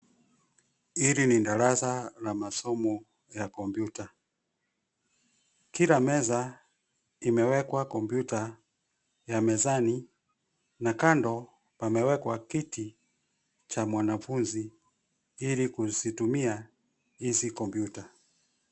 Hili ni darasa la masomo ya kompyuta. Kila meza imewekwa kompyuta ya mezani na kando pamewekwa kiti cha mwanafunzi ili kuzitumia hizi kompyuta.